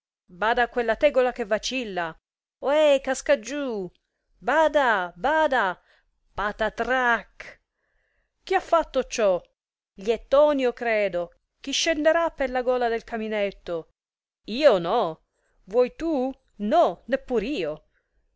a quella tegola che vacilla ohè casca giù bada bada patatrac chi ha fatto ciò gli è tonio credo chi scenderà pella gola del caminetto io no vuoi tu no neppur io